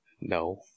No